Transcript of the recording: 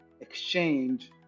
exchange